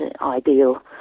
ideal